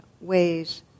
ways